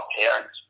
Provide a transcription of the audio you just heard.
parents